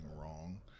wrong